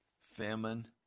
famine